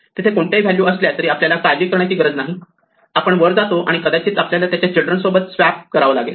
तिथे कोणत्याही व्हॅल्यू असल्या तरी आपल्याला काळजी करण्याची गरज नाही आपण वर जातो आणि आणि कदाचित आपल्याला त्याच्या चिल्ड्रन सोबत स्वाप करावेला लागेल